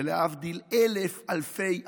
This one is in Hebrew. ולהבדיל אלף אלפי הבדלות,